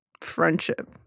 friendship